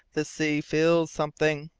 the sea feels something,